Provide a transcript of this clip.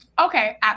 Okay